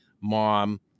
mom